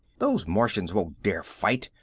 those martians won't dare fight,